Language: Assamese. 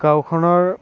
গাঁওখনৰ